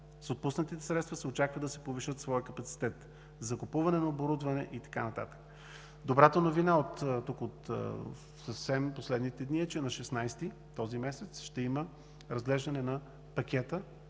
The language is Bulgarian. С отпуснатите средства се очаква да повишат своя капацитет, закупуване на оборудване и така нататък. Добрата новина съвсем от последните дни е, че на 16-и този месец ще има разглеждане на Пакета